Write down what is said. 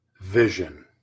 vision